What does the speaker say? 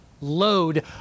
load